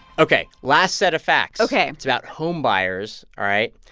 ok, last set of facts ok it's about homebuyers, all right?